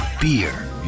Beer